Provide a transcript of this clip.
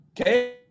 okay